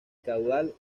caudal